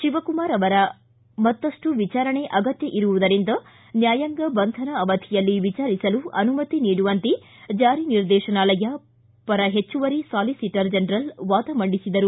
ಶಿವಕುಮಾರ್ ಅವರ ಮತ್ತಪ್ಪು ವಿಚಾರಣೆ ಅಗತ್ಯ ಇರುವುದರಿಂದ ನ್ನಾಯಾಂಗ ಬಂಧನ ಅವಧಿಯಲ್ಲಿ ವಿಚಾರಿಸಲು ಅನುಮತಿ ನೀಡುವಂತೆ ಜಾರಿ ನಿರ್ದೇತನಾಲಯ ಪರ ಹೆಚ್ಚುವರಿ ಸಾಲಿಸೀಟರ್ ಜನರಲ್ ವಾದ ಮಂಡಿಸಿದರು